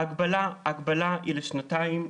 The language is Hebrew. ההגבלה היא לשנתיים,